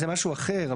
זה משהו אחר.